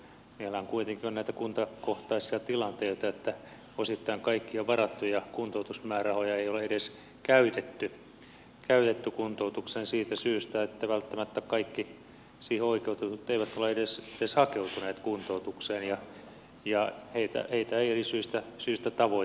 meillä on kuitenkin näitä kuntakohtaisia tilanteita että osittain kaikkia varattuja kuntoutusmäärärahoja ei ole edes käytetty kuntoutukseen siitä syystä että välttämättä kaikki siihen oikeutetut eivät ole edes hakeutuneet kuntoutukseen ja heitä ei eri syistä tavoiteta